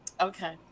okay